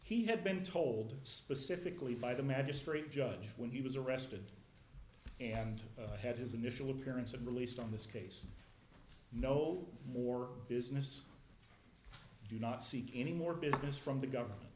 he had been told specifically by the magistrate judge when he was arrested and had his initial appearance and released on this case no more business do not seek any more business from the government